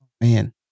Man